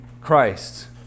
christ